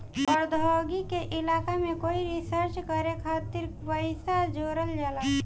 प्रौद्योगिकी के इलाका में कोई रिसर्च करे खातिर पइसा जोरल जाला